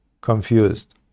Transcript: confused